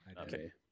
Okay